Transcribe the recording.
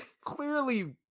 clearly